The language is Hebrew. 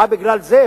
אה, בגלל זה?